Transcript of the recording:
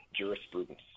jurisprudence